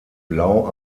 blau